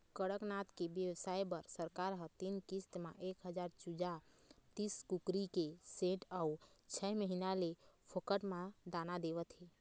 कड़कनाथ के बेवसाय बर सरकार ह तीन किस्त म एक हजार चूजा, तीस कुकरी के सेड अउ छय महीना ले फोकट म दाना देवत हे